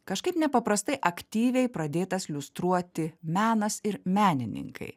kažkaip nepaprastai aktyviai pradėtas liustruoti menas ir menininkai